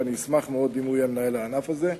ואני אשמח מאוד אם הוא יהיה מנהל הענף הזה.